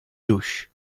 douche